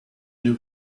new